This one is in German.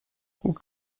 gut